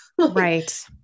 right